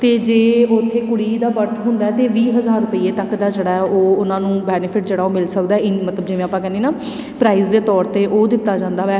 ਅਤੇ ਜੇ ਉੱਥੇ ਕੁੜੀ ਦਾ ਬਰਥ ਹੁੰਦਾ ਤਾਂ ਵੀਹ ਹਜ਼ਾਰ ਰੁਪਈਏ ਤੱਕ ਦਾ ਜਿਹੜਾ ਉਹ ਉਹਨਾਂ ਨੂੰ ਬੈਨੀਫਿਟ ਜਿਹੜਾ ਉਹ ਮਿਲ ਸਕਦਾ ਇ ਮਤਲਬ ਜਿਵੇਂ ਆਪਾਂ ਕਹਿੰਦੇ ਨਾ ਪ੍ਰਾਈਜ ਦੇ ਤੌਰ 'ਤੇ ਉਹ ਦਿੱਤਾ ਜਾਂਦਾ ਹੈ